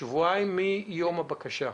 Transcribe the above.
שבועיים מיום הבקשה.